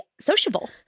sociable